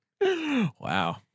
Wow